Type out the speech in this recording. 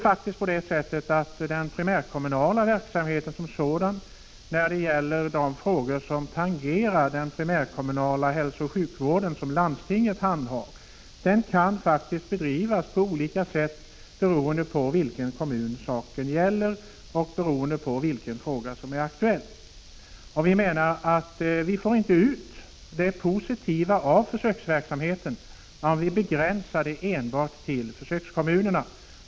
När det gäller frågor som tangerar den primärkommunala hälsooch sjukvård som landstingen handhar kan nämligen den primärkommunala verksamheten bedrivas på olika sätt beroende på vilken kommun det gäller och beroende på vilken fråga det är som är aktuell. Vi menar att vi inte får ut det positiva i försöksverksamheten om vi begränsar den enbart till försökskommunerna.